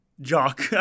Jock